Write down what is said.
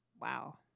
Wow